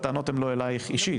הטענות הן לא אלייך אישית,